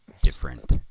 different